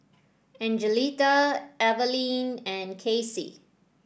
Angelita Evalyn and Cassie